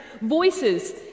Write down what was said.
voices